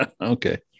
Okay